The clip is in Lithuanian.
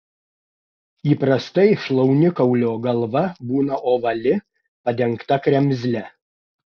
įprastai šlaunikaulio galva būna ovali padengta kremzle